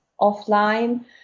offline